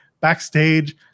backstage